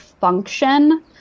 function